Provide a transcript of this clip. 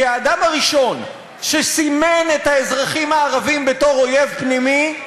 כי האדם הראשון שסימן את האזרחים הערבים בתור אויב פנימי,